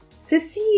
Ceci